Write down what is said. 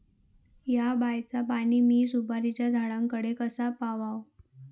हया बायचा पाणी मी सुपारीच्या झाडान कडे कसा पावाव?